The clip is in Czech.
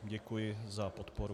Děkuji za podporu.